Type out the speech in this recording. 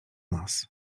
nas